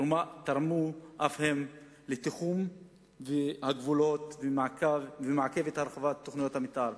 שתרמו אף הם לתיחום הגבולות ומעכבים את הרחבת תוכניות המיתאר.